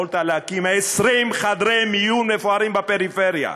יכולת להקים 20 חדרי מיון מפוארים בפריפריה,